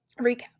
recap